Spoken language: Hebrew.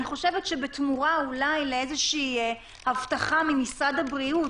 אני חושבת שבתמורה אולי לאיזושהי הבטחה ממשרד הבריאות